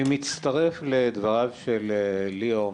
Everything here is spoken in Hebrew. אני מצטרף לדבריו של ליאור,